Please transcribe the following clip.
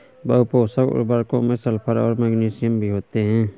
बहुपोषक उर्वरकों में सल्फर और मैग्नीशियम भी होते हैं